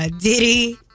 Diddy